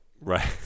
Right